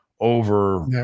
Over